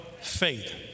faith